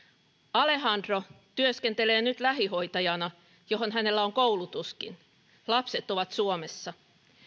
alejandro työskentelee nyt lähihoitajana johon hänellä on koulutuskin lapset ovat suomessa